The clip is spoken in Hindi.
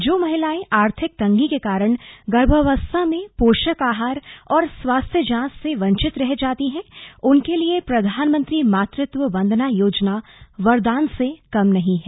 जो महिलाएं आर्थिक तंगी के कारण गर्भावस्था में पोषक आहार और स्वास्थ्य जांच से वंचित रह जाती हैं उनके लिए प्रधानमंत्री मातृत्व वंदना योजना वरदान से कम नहीं है